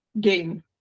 game